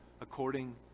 according